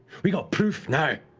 we got proof now!